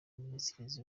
ministries